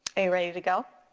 are you ready to go?